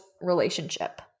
relationship